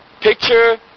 picture